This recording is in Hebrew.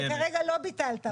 שכרגע לא ביטלת אותה.